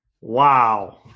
Wow